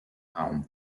raum